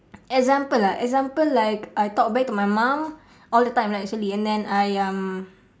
example ah example like I talk back to my mum all the time lah actually and then I um